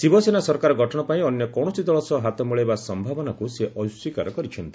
ଶିବସେନା ସରକାର ଗଠନ ପାଇଁ ଅନ୍ୟ କୌଣସି ଦଳ ସହ ହାତ ମିଳେଇବା ସମ୍ଭାବନାକୁ ସେ ଅସ୍ୱୀକାର କରିଚ୍ଚନ୍ତି